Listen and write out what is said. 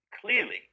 clearly